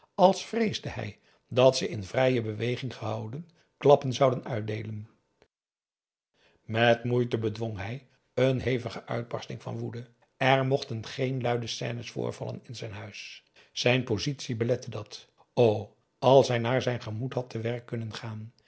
als vreesde hij dat ze in vrije beweging gehouden klappen zouden uitdeelen met moeite bedwong hij een hevige uitbarsting van woede er mochten geen luide scènes voorvallen in zijn huis zijn positie belette dat o als hij naar zijn gemoed had te werk kunnen gaan